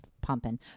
pumping